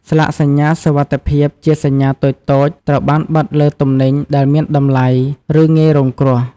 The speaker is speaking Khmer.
ស្លាកសញ្ញាសុវត្ថិភាពជាសញ្ញាតូចៗត្រូវបានបិទលើទំនិញដែលមានតម្លៃ ឬងាយរងគ្រោះ។